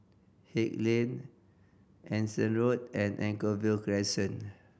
Haig Lane Anson Road and Anchorvale Crescent